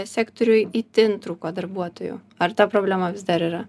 sektoriui itin trūko darbuotojų ar ta problema vis dar yra